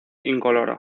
incoloro